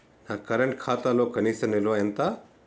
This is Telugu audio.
నా కరెంట్ ఖాతాలో కనీస నిల్వ ఎంత?